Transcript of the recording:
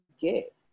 get